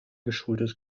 geschultes